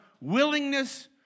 willingness